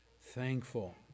thankful